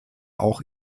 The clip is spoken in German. auch